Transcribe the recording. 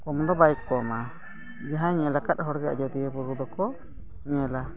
ᱠᱚᱢ ᱫᱚ ᱵᱟᱭ ᱠᱚᱢᱟ ᱡᱟᱦᱟᱸᱭ ᱧᱮᱞᱟᱠᱟᱫ ᱦᱚᱲᱜᱮ ᱟᱡᱳᱫᱤᱭᱟᱹ ᱵᱩᱨᱩ ᱫᱚᱠᱚ ᱧᱮᱞᱟ